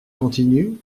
continue